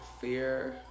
fear